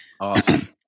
Awesome